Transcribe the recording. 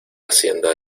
hacienda